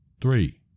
three